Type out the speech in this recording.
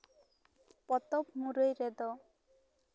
ᱯᱚᱛᱚᱵ ᱢᱩᱨᱟᱹᱭ ᱨᱮᱫᱚ